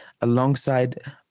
alongside